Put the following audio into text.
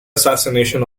assassination